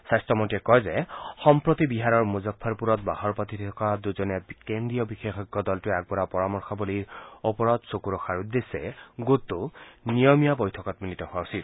স্বাস্থ্যমন্নীয়ে কয় যে সম্প্ৰতি বিহাৰৰ মুজফফপুৰত বাহৰ পাতি থকা দুজনীয়া কেন্দ্ৰীয় বিশেষজ্ঞ দলটোৱে আগবঢ়োৱা পৰামৰ্শৱলীৰ ওপৰত চকু ৰখাৰ উদ্দেশ্যে গোটটো নিয়মীয়া বৈঠকত মিলিত হোৱা উচিত